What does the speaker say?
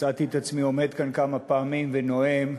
מצאתי את עצמי עומד כאן כמה פעמים ונואם,